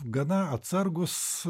gana atsargūs